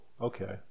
okay